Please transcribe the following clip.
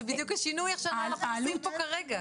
זה בדיוק השינוי שאנחנו עושים כרגע.